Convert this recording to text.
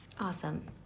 Awesome